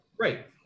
Right